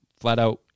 flat-out